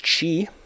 chi